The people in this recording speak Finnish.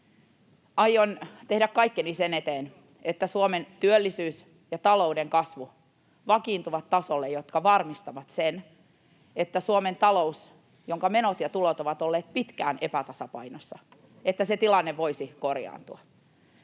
Aion tehdä kaikkeni sen eteen, että Suomen työllisyys ja talouden kasvu vakiintuvat tasolle, joka varmistaa sen, että Suomen talouden, jonka menot ja tulot ovat olleet pitkään epätasapainossa, tilanne voisi korjaantua.